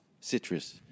Citrus